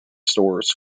stores